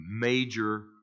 major